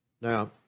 Now